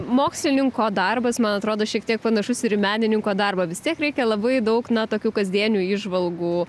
mokslininko darbas man atrodo šiek tiek panašus ir į menininko darbą vis tiek reikia labai daug na tokių kasdienių įžvalgų